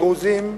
דרוזים,